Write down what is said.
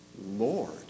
Lord